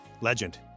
legend